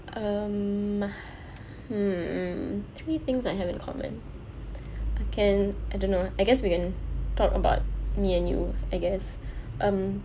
um mm three things I have in common I can I don't know I guess we can talk about me and you I guess um